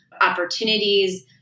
opportunities